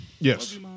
Yes